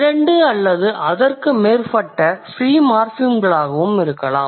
இரண்டு அல்லது அதற்கு மேற்பட்ட ஃப்ரீ மார்ஃபிம்களாகவும் இருக்கலாம்